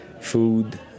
food